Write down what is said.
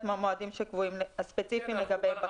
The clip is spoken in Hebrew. מהמועדים שקבועים לך ספציפית לגבי החוק.